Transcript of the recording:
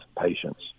patients